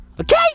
Okay